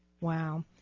Wow